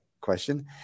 question